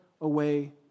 away